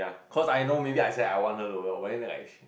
cause I know maybe I said I want her to go but then she